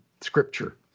Scripture